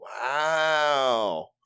wow